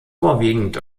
vorwiegend